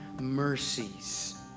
mercies